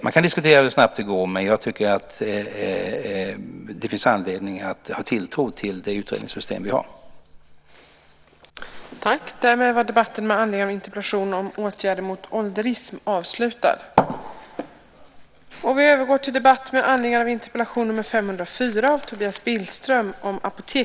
Man kan diskutera hur snabbt det går, men jag tycker att det finns anledning att ha tilltro till det utredningssystem som vi har.